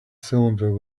cylinder